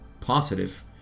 positive